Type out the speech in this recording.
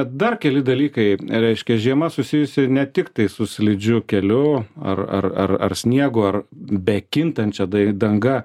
dar keli dalykai reiškia žiema susijusi ne tiktai su slidžiu keliu ar ar ar ar sniegu ar bekintančia dai danga